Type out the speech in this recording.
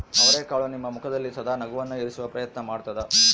ಅವರೆಕಾಳು ನಿಮ್ಮ ಮುಖದಲ್ಲಿ ಸದಾ ನಗುವನ್ನು ಇರಿಸುವ ಪ್ರಯತ್ನ ಮಾಡ್ತಾದ